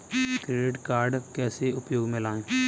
Credit card कैसे उपयोग में लाएँ?